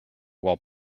while